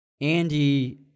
Andy